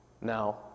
now